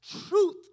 truth